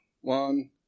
one